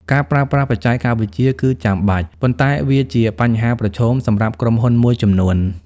ការប្រើប្រាស់បច្ចេកវិទ្យាគឺចាំបាច់ ប៉ុន្តែវាជាបញ្ហាប្រឈមសម្រាប់ក្រុមហ៊ុនមួយចំនួន។